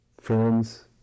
friends